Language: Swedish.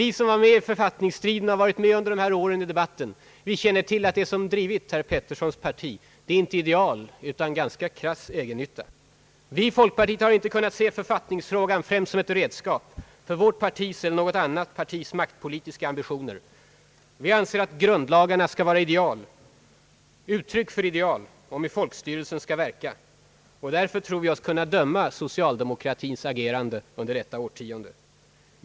Vi som har varit med i författningsstriden under de här åren känner till att det som drivit herr Petterssons parti är inte några ideal utan en ganska krass egennytta. Men vi i folkpartiet har inte kunnat se författningsfrågan främst som ett redskap för vårt partis eller något annat partis maktpolitiska ambitioner. Vi anser att grundlagarna skall vara uttryck för ideal, om hur en folkstyrelse skall kunna verka. Därför anser vi oss kunna döma socialdemokratins agerande under detta årtionde.